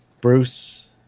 Bruce